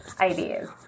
ideas